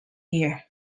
year